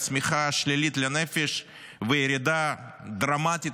צמיחה שלילית לנפש וירידה דרמטית,